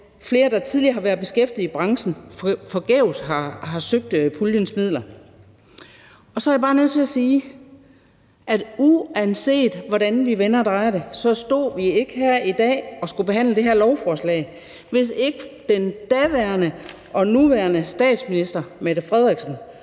flere, der tidligere har været beskæftiget i branchen, forgæves har søgt puljens midler. Og så er jeg bare nødt til at sige, at uanset hvordan vi vender og drejer det, stod vi ikke her i dag og skulle behandle det her lovforslag, hvis ikke den daværende og nuværende statsminister og dem, der står